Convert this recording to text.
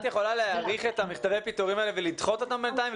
את יכולה להאריך את מכתבי הפיטורים האלה ולדחות אותם בינתיים.